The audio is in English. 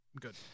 Good